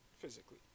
physically